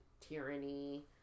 tyranny